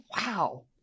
Wow